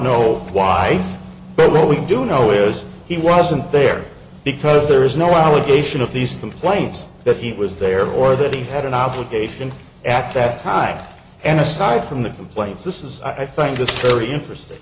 know why but what we do know is he wasn't there because there is no allegation of these complaints that he was there or that he had an obligation at that time and aside from the complaints this is i think it's very interesting